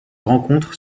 rencontre